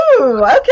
okay